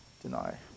Deny